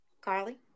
Carly